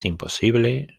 imposible